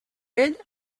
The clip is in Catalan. vell